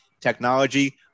technology